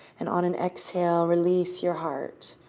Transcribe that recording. and on an exhale, release your heart.